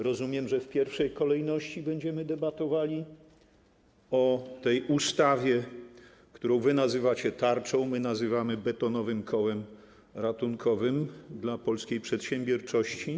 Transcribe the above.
Rozumiem, że w pierwszej kolejności będziemy debatowali na temat tej ustawy, którą wy nazywacie tarczą, my nazywamy betonowym kołem ratunkowym dla polskiej przedsiębiorczości.